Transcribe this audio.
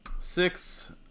six